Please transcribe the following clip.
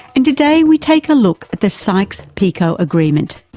and today we take a look at the sykes-picot agreement,